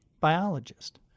Biologist